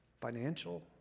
financial